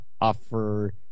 offer